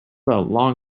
long